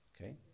Okay